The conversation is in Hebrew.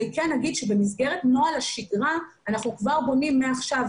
אני כן אגיד שבמסגרת נוהל השגרה אנחנו כבר בונים מעכשיו,